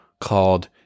called